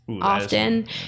often